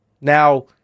Now